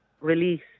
release